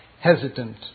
hesitant